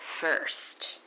first